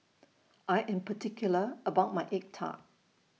I Am particular about My Egg Tart